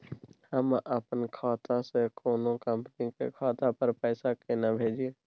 हम अपन खाता से कोनो कंपनी के खाता पर पैसा केना भेजिए?